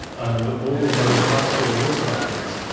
and all of those vascular risk factors.